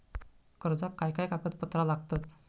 कर्जाक काय काय कागदपत्रा लागतत?